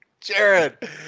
Jared